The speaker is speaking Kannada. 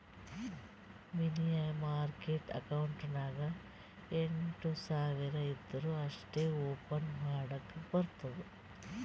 ಮನಿ ಮಾರ್ಕೆಟ್ ಅಕೌಂಟ್ ನಾಗ್ ಎಂಟ್ ಸಾವಿರ್ ಇದ್ದೂರ ಅಷ್ಟೇ ಓಪನ್ ಮಾಡಕ್ ಬರ್ತುದ